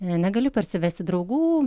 negali parsivesti draugų